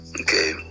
Okay